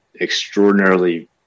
extraordinarily